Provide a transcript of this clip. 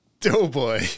Doughboy